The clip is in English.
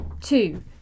Two